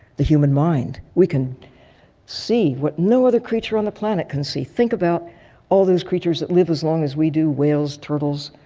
the human mind. we can see what no other creature on the planet can see. think about all those creatures that live as wong long as we do, whales, turtles,